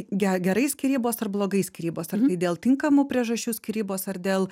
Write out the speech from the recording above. gerai skyrybos ar blogai skyrybos ar tai dėl tinkamų priežasčių skyrybos ar dėl